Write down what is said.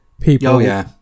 people